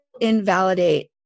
invalidate